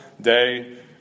day